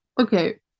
Okay